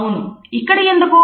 అవును ఇక్కడ ఎందుకు